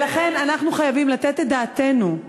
ולכן אנחנו חייבים לתת את דעתנו.